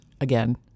again